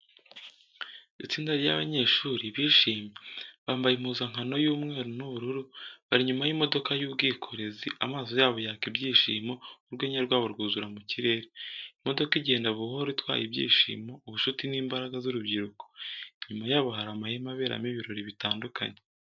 Itsinda ry’abanyeshuri bishimye, bambaye impuzankano y’umweru n’ubururu, bari inyuma y’imodoka y'ubwokorezi. Amaso yabo yaka ibyishimo, urwenya rwabo rwuzura mu kirere. Imodoka igenda buhoro, itwaye ibyishimo, ubucuti n’imbaraga z’urubyiruko. Inyuma yabo hari amahema aberamo ibirori bitandukanye.